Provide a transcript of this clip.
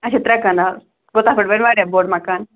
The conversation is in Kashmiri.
اچھا ترٛےٚ کَنال اَچھا پٮ۪ٹھ بَنہِ واریاہ بوٚڑ مَکان